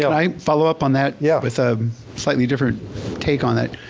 i follow up on that yeah with a slightly different take on it?